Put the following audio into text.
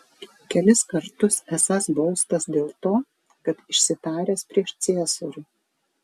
kelis kartus esąs baustas dėl to kad išsitaręs prieš ciesorių